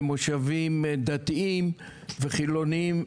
ומושבים דתיים וחילוניים.